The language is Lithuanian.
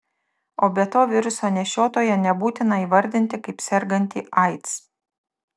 o be to viruso nešiotoją nebūtina įvardinti kaip sergantį aids